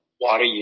water